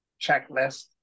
checklist